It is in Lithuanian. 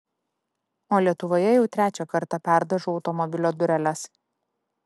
o lietuvoje jau trečią kartą perdažau automobilio dureles